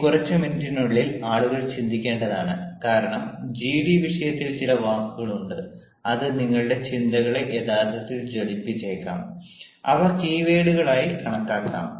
ഈ കുറച്ച് മിനിറ്റുകളിൽ ആളുകൾ ചിന്തിക്കേണ്ടതാണ് കാരണം ജിഡി വിഷയത്തിൽ ചില വാക്കുകൾ ഉണ്ട് അത് നിങ്ങളുടെ ചിന്തകളെ യഥാർത്ഥത്തിൽ ജ്വലിപ്പിച്ചേക്കാം അവ കീവേഡുകളായി കണക്കാക്കാം